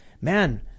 man